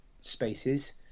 spaces